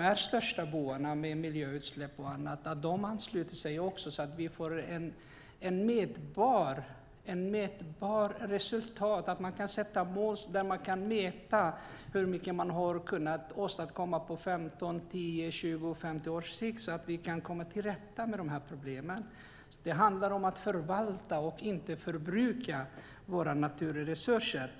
är de största bovarna i fråga om miljöutsläpp ansluter sig så att det går att få ett mätbart resultat. Vi måste sätta mål där det går att se hur mycket som kan åstadkommas på 10, 15, 20 och 50 års sikt så att vi kan komma till rätta med problemen. Det handlar om att förvalta, inte förbruka, våra naturresurser.